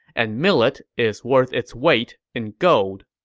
and millet is worth its weight in gold.